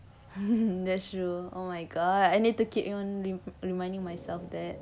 um that's true oh my god I need to keep you on reminding myself that